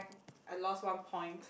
I lost one point